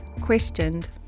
questioned